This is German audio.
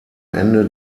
ende